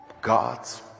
God's